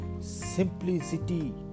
simplicity